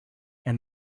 and